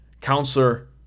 Counselor